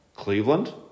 Cleveland